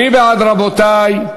מי בעד, רבותי?